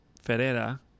Ferreira